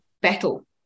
battle